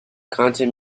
content